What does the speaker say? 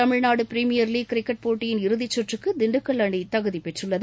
Tamil Nadu premier league cricket போட்டியின் இறுதிச் கற்றுக்கு திண்டுக்கல் அணி தகுதி பெற்றுள்ளது